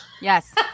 Yes